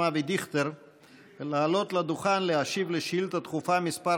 אבי דיכטר לעלות לדוכן ולהשיב על שאילתה דחופה מס'